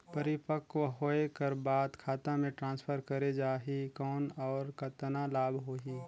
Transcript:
परिपक्व होय कर बाद खाता मे ट्रांसफर करे जा ही कौन और कतना लाभ होही?